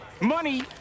money